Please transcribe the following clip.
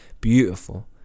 beautiful